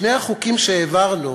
שני החוקים שהעברנו